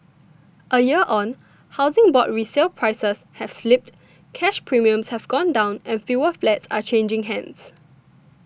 a year on Housing Board resale prices have slipped cash premiums have gone down and fewer flats are changing hands